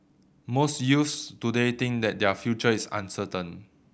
most youths today think that their future is uncertain